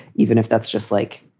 even if that's just like,